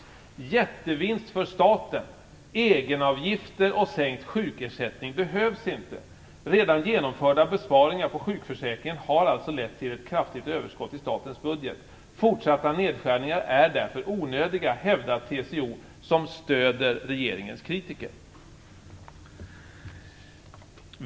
Rubriken är "Jättevinst för staten", och vidare står det: " ́Egenavgifter och sänkt sjukersättning behövs inte ́- Redan genomförda besparingar på sjukförsäkringen har alltså lett till ett kraftigt överskott i statens budget. Fortsatta nedskärningar är därför onödiga, hävdar TCO, som stöder regeringens kritiker."